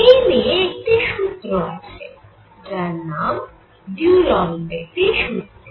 এই নিয়ে একটি সূত্র আছে যার নাম দ্যুলং পেতি সূত্র